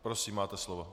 Prosím, máte slovo.